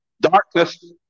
darkness